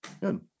good